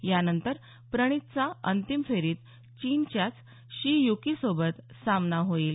यानंतर प्रणितचा अंतिम फेरीत चीनच्याच षी युकीसोबत सामना होईल